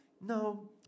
no